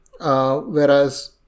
Whereas